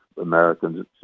Americans